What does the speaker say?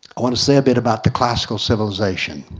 i want to say a bit about the classical civilization.